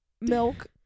milk